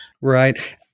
Right